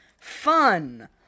Fun